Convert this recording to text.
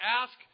ask